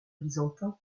byzantin